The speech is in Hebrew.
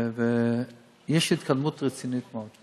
יש התקדמות רצינית מאוד.